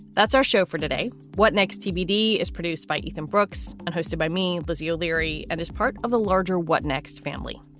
that's our show for today. what next? tbd is produced by ethan brooks and hosted by me, lizzie o'leary, and is part of a larger what next family.